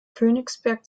königsberg